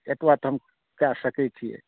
एतबा तऽ हम कय सकै छियै